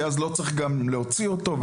כי אז לא צריך גם להוציא אותו,